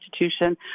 institution